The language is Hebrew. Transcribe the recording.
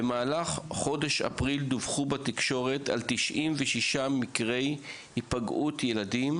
במהלל חודש אפריל דווחו בתקשורת על 96 מקרי היפגעות ילדים,